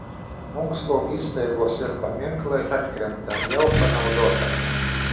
mokslo įstaigos ir paminklai atkrenta jau panaudota